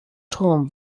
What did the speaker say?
turm